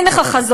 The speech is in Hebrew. איך לך חזון,